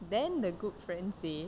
then the good friend say